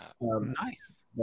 nice